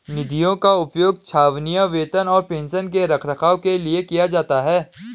निधियों का उपयोग छावनियों, वेतन और पेंशन के रखरखाव के लिए किया जाता है